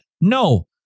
No